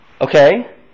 Okay